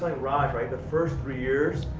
right, the first three years,